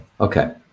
Okay